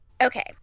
Okay